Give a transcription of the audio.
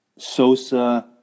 Sosa